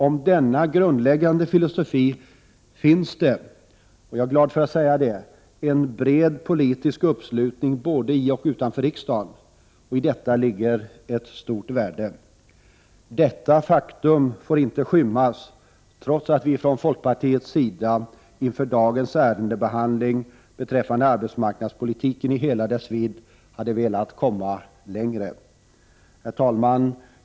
Om denna grundläggande filosofi finns det — är jag glad att kunna säga — en bred politisk uppslutning både i och utanför riksdagen. I detta ligger ett stort värde. Detta faktum får inte skymmas, trots att vi från folkpartiets sida inför dagens ärendebehandling beträffande arbetsmarknadspolitiken i hela dess vidd hade velat komma längre. Herr talman!